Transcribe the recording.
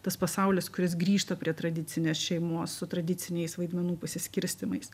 tas pasaulis kuris grįžta prie tradicinės šeimos su tradiciniais vaidmenų pasiskirstymais